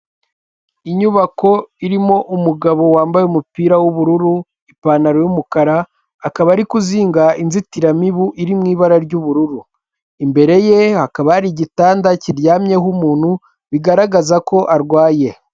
Inyubako irimo umugabo wambaye umupira w'ubururu, ipantaro y'umukara, akaba ari kuzinga inzitiramibu iri mu ibara ry'ubururu. Imbere ye hakaba hari igitanda kiryamyeho umuntu, bigaragaza ko arwaye.